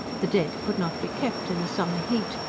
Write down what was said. the dead could not be kept, in the summer heat,